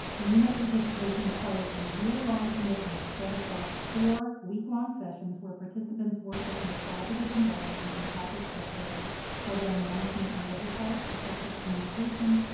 nemaa participation requires a year-long commitment spread across four week-long sessions where participants work within a collaborative environment on topics such as program management and oversight, effective communication,